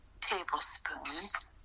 tablespoons